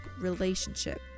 relationship